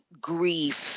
grief